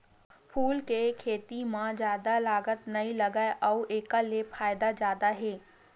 फूल के खेती म जादा लागत नइ लागय अउ एखर ले फायदा जादा हे